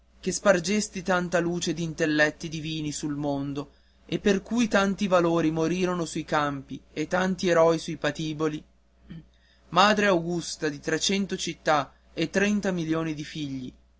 che spargesti tanta luce d'intelletti divini sul mondo e per cui tanti valorosi moriron sui campi e tanti eroi sui patiboli madre augusta di trecento città e di trenta milioni di figli